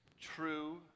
true